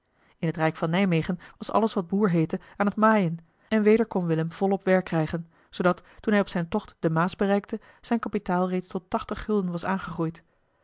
in het rijk van nijmegen was alles wat boer heette aan het maaien en weder kon willem volop werk krijgen zoodat toen hij op zijn tocht de maas bereikte zijn kapitaal reeds tot tachtig gulden was aangegroeid